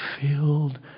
filled